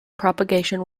propagation